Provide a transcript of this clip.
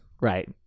right